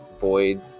void